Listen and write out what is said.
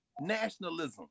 nationalism